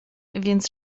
więc